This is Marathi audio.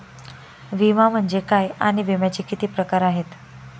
विमा म्हणजे काय आणि विम्याचे किती प्रकार आहेत?